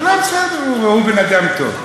זה בסדר, הוא בן-אדם טוב.